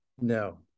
No